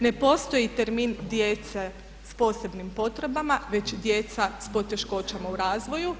Ne postoji termin djece sa posebnim potrebama, već djeca s poteškoćama u razvoju.